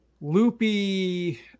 loopy